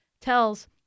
tells